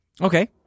okay